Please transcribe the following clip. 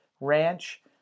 Ranch